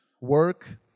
work